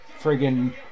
friggin